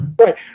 Right